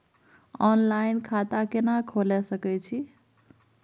Online खाता केना खोले सकै छी?